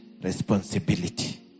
responsibility